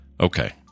Okay